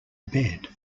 bed